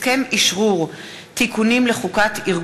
הכנסת, לדיון